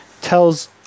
tells